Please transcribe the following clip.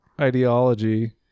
ideology